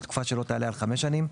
לתקופה שלא תעלה על חמש שנים,